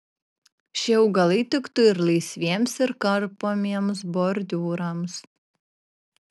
šie augalai tiktų ir laisviems ir karpomiems bordiūrams